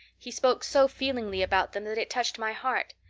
he spoke so feelingly about them that it touched my heart.